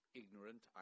ignorant